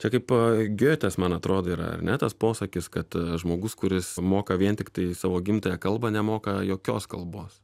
čia kaip giotės man atrodo yra ar ne tas posakis kad žmogus kuris moka vien tiktai savo gimtąją kalbą nemoka jokios kalbos